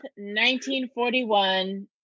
1941